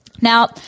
Now